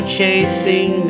chasing